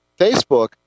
Facebook